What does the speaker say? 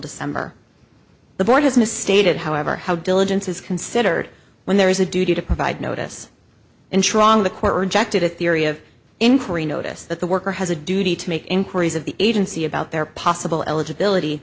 december the board has misstated however how diligence is considered when there is a duty to provide notice in truong the court rejected a theory of inquiry notice that the worker has a duty to make inquiries of the agency about their possible eligibility